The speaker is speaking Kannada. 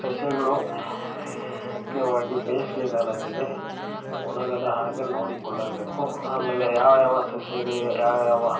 ಸಸ್ಯಗಳು ಮುಖ್ಯವಾಗಿ ಬೇಸಿಗೆಗಾಲದಲ್ಲಿ ಒಣಗದ ಹಾಗೆ ನೋಡಿಕೊಳ್ಳಬೇಕು ಆಮೇಲೆ ಯಾವ್ಯಾವ ಸಸ್ಯಗಳಿಗೆ ಯಾವ್ಯಾವ